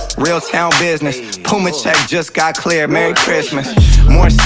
real town business puma check just got cleared, merry christmas more sales,